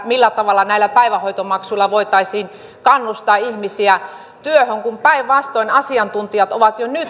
millä tavalla näillä päivähoitomaksuilla voitaisiin kannustaa ihmisiä työhön kun päinvastoin asiantuntijat ovat jo nyt